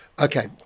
Okay